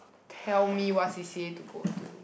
tell me what C_C_A to go to